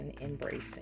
embracing